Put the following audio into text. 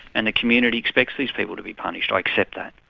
and the community expects these people to be punished, i accept that,